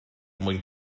mwyn